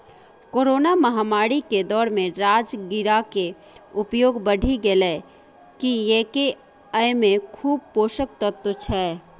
corona महामारी के दौर मे राजगिरा के उपयोग बढ़ि गैले, कियैकि अय मे खूब पोषक तत्व छै